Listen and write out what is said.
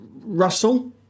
Russell